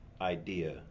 idea